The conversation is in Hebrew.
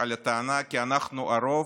על הטענה: אנחנו הרוב,